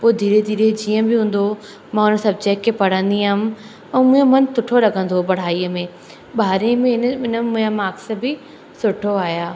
पोइ धीरे धीरे जीअं बि हूंदो हुओ मां उन सब्जेक्ट खे पढ़ंदी हुअमि ऐं मुंहिंजो मनु सुठो लॻंदो हुओ पढ़ाईअ में ॿारहें में आहिनि जो इन में मुंहिंजो माक्स बि सुठो आहियां